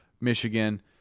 Michigan